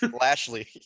Lashley